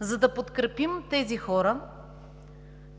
За да подкрепим тези хора